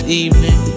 evening